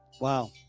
Wow